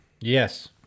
Yes